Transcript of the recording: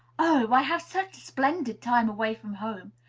oh! i have such a splendid time away from home.